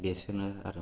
बेसोरनो आरो